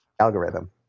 algorithm